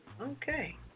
Okay